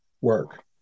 work